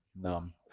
numb